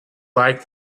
like